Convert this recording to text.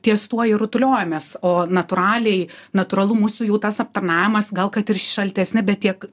ties tuo ir rutuliojomės o natūraliai natūralu mūsų jau tas aptarnavimas gal kad ir šaltesni bet tiek